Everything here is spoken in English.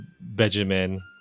Benjamin